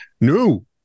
No